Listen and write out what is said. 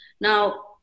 Now